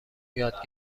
یاد